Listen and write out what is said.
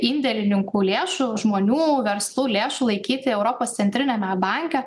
indėlininkų lėšų žmonių verslų lėšų laikyti europos centriniame banke